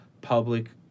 public